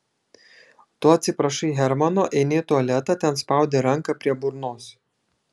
tu atsiprašai hermano eini į tualetą ten spaudi ranką prie burnos